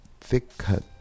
thick-cut